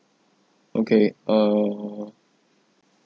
okay err